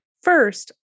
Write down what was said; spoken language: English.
First